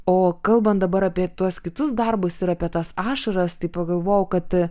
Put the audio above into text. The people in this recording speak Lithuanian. o kalbant dabar apie tuos kitus darbus ir apie tas ašaras tai pagalvojau kad